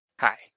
Hi